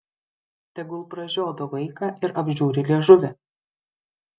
tegul pražiodo vaiką ir apžiūri liežuvį